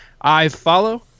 iFollow